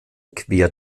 quer